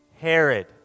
Herod